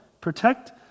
protect